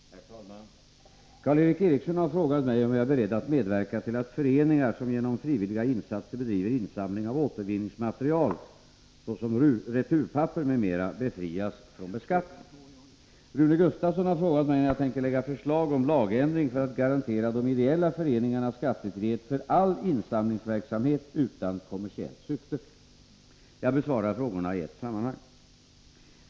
Herr talman! Karl Erik Eriksson har frågat mig om jag är beredd att medverka till att föreningar som genom frivilliga insatser bedriver insamling av återvinningsmaterial såsom returpapper m.m. befrias från beskattning. Rune Gustavsson har frågat mig när jag tänker lägga förslag om lagändring för att garantera de ideella föreningarna skattefrihet för all insamlingsverksamhet utan kommersiellt syfte. Jag besvarar frågorna i ett sammanhang.